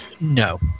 No